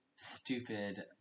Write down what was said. stupid